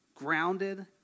Grounded